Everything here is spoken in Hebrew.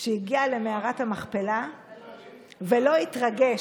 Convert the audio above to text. שהגיע למערת המכפלה ולא התרגש.